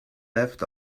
left